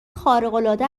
خارقالعاده